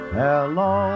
hello